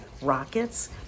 rockets